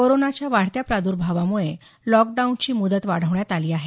कोरोनाच्या वाढत्या प्रार्द्भावामुळे लॉकडाऊनची मुद्त वाढवण्यात आली आहे